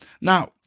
Now